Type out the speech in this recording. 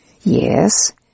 Yes